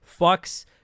fucks